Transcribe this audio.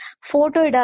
photo